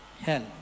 Hell